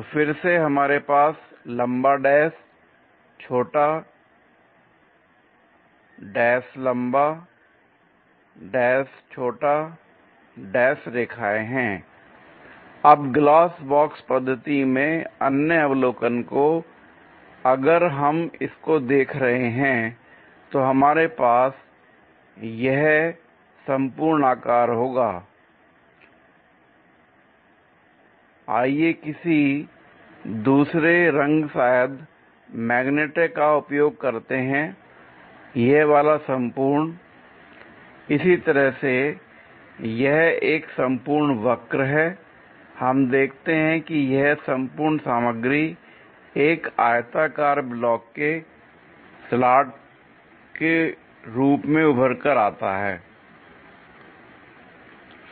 तो फिर से हमारे पास लंबा डैश छोटा डैश लंबा डैश छोटा डैश रेखाएं हैं l अब ग्लास बॉक्स पद्धति में अन्य अवलोकन को अगर हम इसको देख रहे हैं तो हमारे पास यह है संपूर्ण आकार होगा आइए किसी दूसरे रंग शायद मैग्नेटा का उपयोग करते हैं यह वाला संपूर्ण l इसी तरह से यह एक संपूर्ण वक्र है हम देखते हैं कि यह संपूर्ण सामग्री एक आयताकार ब्लॉक के स्लॉट के रूप में उभर कर आता है l